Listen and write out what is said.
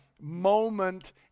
moment